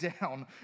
down